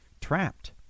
trapped